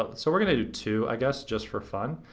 ah but so we're gonna do two, i guess, just for fun.